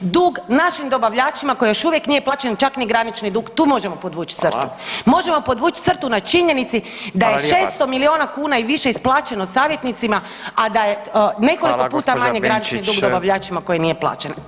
Dug našim dobavljačima koji još uvijek nije plaćen, čak ni granični dug, tu možemo podvuć crtu [[Upadica Radin: Hvala.]] Možemo podvuć crtu na činjenici da je 600 [[Upadica Radin: Hvala.]] milijuna kuna i više isplaćeno savjetnicima, a da je [[Upadica Radin: Hvala gospođo Benčić.]] nekoliko puta manje granični dug dobavljačima koji nije plaćen.